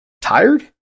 Tired